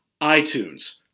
iTunes